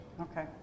Okay